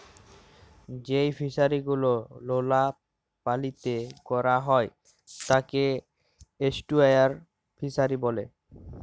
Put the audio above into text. যেই ফিশারি গুলো লোলা পালিতে ক্যরা হ্যয় তাকে এস্টুয়ারই ফিসারী ব্যলে